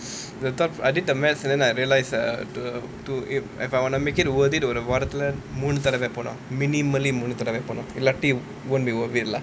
the thought I did the mathematics and then like I realised err the to if if I were to make it worth it ஒரு வாரத்ல மூணு தடவ போனா:oru vaarathla moonu thadava ponaa minimumlly மூணு தடவ போனா இல்லாட்டி:moonu thadava ponaa illaatti won't be worth it lah